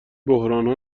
بحرانها